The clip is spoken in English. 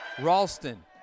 Ralston